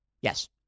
Yes